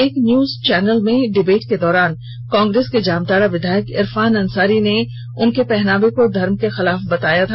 एक news channel में debate के दौरान कांग्रेस के जामताड़ा विधायक इरफान अंसारी ने उसके पहनावा को धर्म के खिलाफ बताया था